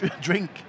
drink